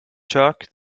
jerk